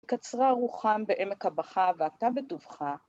קצרה רוחם בעמק הבכה, ואתה בטובך